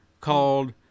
called